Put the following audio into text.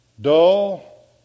dull